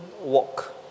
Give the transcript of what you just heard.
walk